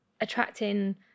attracting